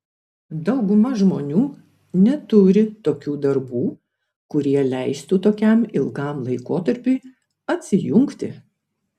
dauguma žmonių neturi tokių darbų kurie leistų tokiam ilgam laikotarpiui atsijungti